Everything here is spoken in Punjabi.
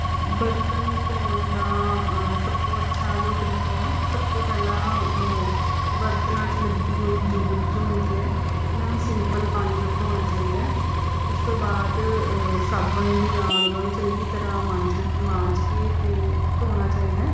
ਬਰਤਨ ਧੋਣ ਦਾ ਸਭ ਤੋਂ ਅੱਛਾ ਜੋ ਤਰੀਕਾ ਹੈ ਸਭ ਤੋਂ ਪਹਿਲਾਂ ਬਰਤਨਾਂ 'ਚ ਲੱਗੀ ਹੋਈ ਜੂਠ ਜੋ ਹੁੰਦੀ ਹੈ ਉਹਨਾਂ ਨੂੰ ਸਿੰਪਲ ਪਾਣੀ ਨਾਲ ਧੋਣਾ ਚਾਹੀਦਾ ਉਸ ਤੋਂ ਬਾਅਦ ਸਾਬਣ ਦੇ ਨਾਲ ਉਹਨਾਂ ਨੂੰ ਚੰਗੀ ਤਰ੍ਹਾਂ ਮਾਂਜਣ ਮਾਂਜ ਕੇ ਅਤੇ ਧੋਣਾ ਚਾਹੀਦਾ